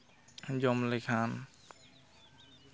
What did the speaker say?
ᱡᱚᱢ ᱞᱮᱠᱷᱟᱱ